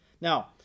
Now